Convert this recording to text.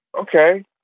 okay